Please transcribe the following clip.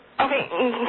Okay